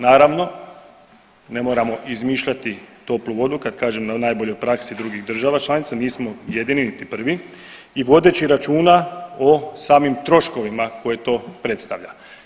Naravno, ne moramo izmišljati toplu vodu kad kažem najboljoj praksi drugih država članica, nismo jedini niti prvi i vodeći računa o samim troškovima koje to predstavlja.